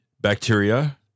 Bacteria